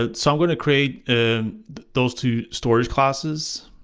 ah so i'm going to create those two storage classes.